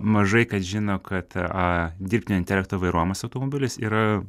mažai kas žino kad a dirbtinio intelekto vairuojamas automobilis ir